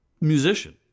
musician